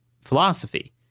philosophy